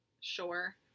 sure